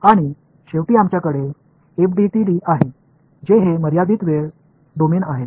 आणि शेवटी आमच्याकडे एफडीटीडी आहे जे हे मर्यादित फरक वेळ डोमेन आहे